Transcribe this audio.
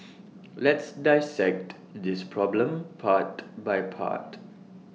let's dissect this problem part by part